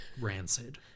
rancid